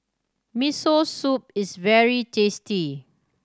Miso Soup is very tasty